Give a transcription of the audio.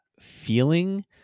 feeling